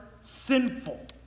sinful